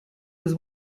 was